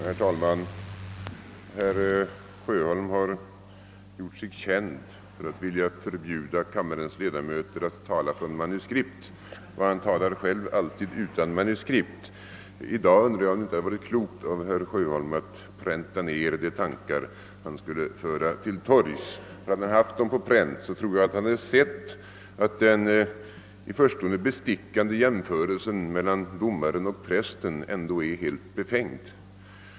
Herr talman! Herr Sjöholm har gjort sig känd för att vilja förbjuda kammarens ledamöter att tala från manuskript, och han talar själv alltid utan. Jag undrar emellertid om det inte hade varit klokt, om herr Sjöholm i dag hade präntat ner de tankar som han skulle föra till torgs. Hade han haft dem på pränt, tror jag att han hade sett att den i förstone bestickande jämförelsen meilan domaren och prästen ändå är helt befängd.